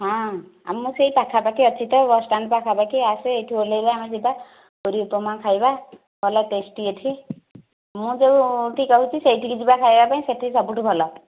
ହଁ ଆ ମୁଁ ସେହି ପାଖା ପାଖି ଅଛି ତ ବସ ଷ୍ଟାଣ୍ଡ ପାଖା ପାଖି ଆସେ ଏହିଠି ଓହ୍ଲାଇବା ଆମେ ଯିବା ପୁରୀ ଉପମା ଖାଇବା ଭଲ ଟେଷ୍ଟି ଏହିଠି ମୁଁ ଯେଉଁଠି କହୁଛି ସେହିଠିକି ଯିବା ଖାଇବା ପାଇଁ ସେହିଠି ସବୁଠୁ ଭଲ